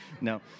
No